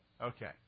Okay